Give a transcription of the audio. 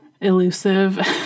elusive